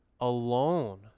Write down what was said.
alone